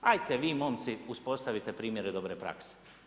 Hajte vi momci uspostavite primjere dobre prakse.